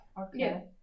Okay